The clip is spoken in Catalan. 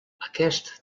aquest